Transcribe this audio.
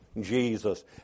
Jesus